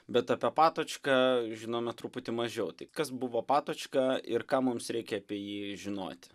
bet apie patočką žinome truputį mažiau tai kas buvo patočka ir ką mums reikia apie jį žinoti